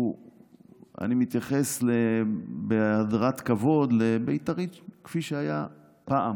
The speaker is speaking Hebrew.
אני מתייחס בהדרת כבוד לבית"רית כפי שהייתה פעם